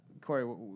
Corey